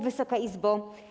Wysoka Izbo!